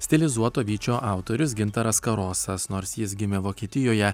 stilizuoto vyčio autorius gintaras karosas nors jis gimė vokietijoje